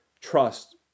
trust